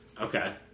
Okay